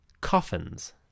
Coffins